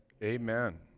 amen